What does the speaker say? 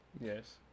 yes